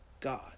God